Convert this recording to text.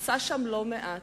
עשה שם לא מעט.